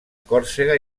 còrsega